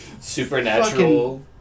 Supernatural